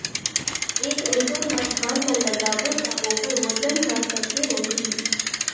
एक एकड़ मा धान ला लगाबो ता ओकर वजन हर कते होही?